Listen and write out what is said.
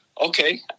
okay